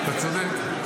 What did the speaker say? אתה צודק.